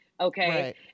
okay